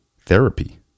therapy